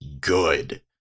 good